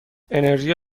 انرژی